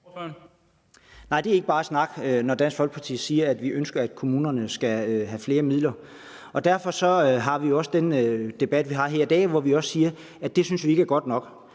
Nej, det er ikke bare snak, når Dansk Folkeparti siger, at vi ønsker, at kommunerne skal have flere midler. Derfor har vi også den debat, vi har her i dag, hvor vi siger, at det synes vi ikke er godt nok.